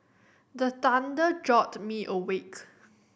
the thunder jolt me awake